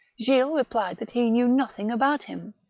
gilles replied that he knew nothing about him,